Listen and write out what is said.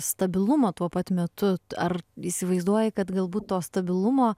stabilumą tuo pat metu ar įsivaizduoji kad galbūt to stabilumo